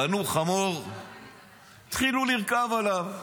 קנו חמור והתחילו לרכוב עליו.